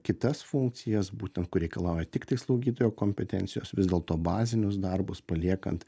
kitas funkcijas būtent kur reikalauja tiktai slaugytojo kompetencijos vis dėlto bazinius darbus paliekant